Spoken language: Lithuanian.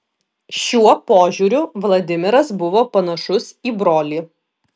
šiuo požiūriu vladimiras buvo panašus į brolį